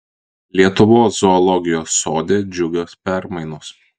lietuvos zoologijos sode džiugios permainos